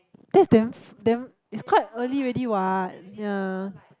that is damn f~ damn is quite early already [what] ya